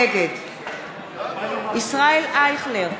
נגד ישראל אייכלר,